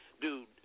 Dude